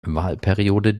wahlperiode